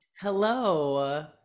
Hello